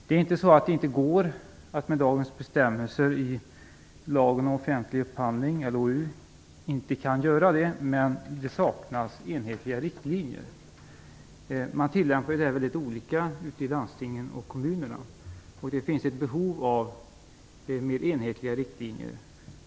Det är inte så att det inte går att göra det med dagens bestämmelser i lagen om offentlig upphandling, LOU, men det saknas enhetliga riktlinjer. Man tillämpar detta mycket olika ute i landstingen och kommunerna. Det finns ett behov av mer enhetliga riktlinjer.